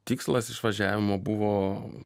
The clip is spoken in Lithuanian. tikslas išvažiavimo buvo